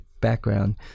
background